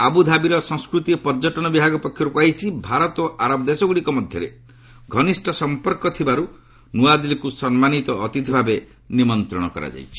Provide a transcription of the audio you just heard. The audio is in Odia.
ଆବୁଧାବିର ସଂସ୍କୃତି ଓ ପର୍ଯ୍ୟଟନ ବିଭାଗ ପକ୍ଷରୁ କୁହାଯାଇଛି ଭାରତ ଓ ଆରବ ଦେଶଗୁଡ଼ିକ ମଧ୍ୟରେ ଘନିଷ୍ଠ ସମ୍ପର୍କ ଥିବାରୁ ନୂଆଦିଲ୍ଲୀକୁ ସମ୍ମାନୀତ ଅତିଥି ଭାବେ ନିମନ୍ତ୍ରଣ କରାଯାଇଛି